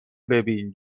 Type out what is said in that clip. ببین